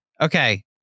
okay